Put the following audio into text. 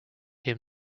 him